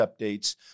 updates